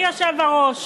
היושב-ראש,